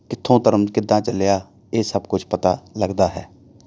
ਕਿੱਥੋਂ ਧਰਮ ਕਿੱਦਾਂ ਚੱਲਿਆ ਇਹ ਸਭ ਕੁਛ ਪਤਾ ਲੱਗਦਾ ਹੈ